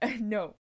No